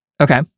Okay